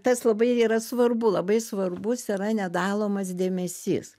tas labai yra svarbu labai svarbus yra nedalomas dėmesys